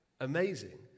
amazing